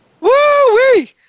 Woo-wee